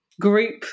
group